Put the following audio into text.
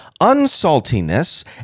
unsaltiness